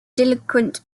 delinquent